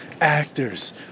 actors